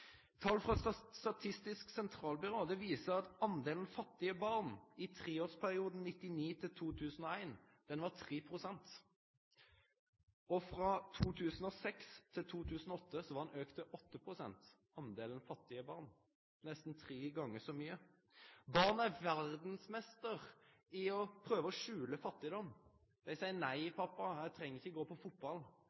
Tal frå Statistisk sentralbyrå viser at delen fattige barn i treårsperioden 1999–2001 var 3 pst. Frå 2006–2008 var han auka til 8 pst. – nesten tre gonger så mykje. Barn er verdsmeistrar i å prøve å skjule fattigdom. Dei seier nei, pappa, eg treng ikkje gå på